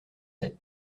sept